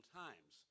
times